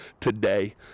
today